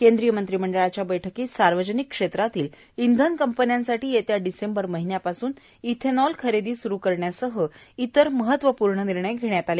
केंद्रीय मंत्रिमंडळाच्या बैठकीत सार्वजनिक क्षेत्रातील इंधन कंपन्यांसाठी येत्या डिसेंबर महिन्यापासून इथेनॉल खरेदी स्रू करण्यासह इतर महत्वपूर्ण निर्णय घेण्यात आले